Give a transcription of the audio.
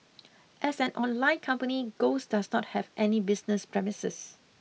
as an online company Ghost does not have any business premises